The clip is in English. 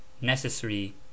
necessary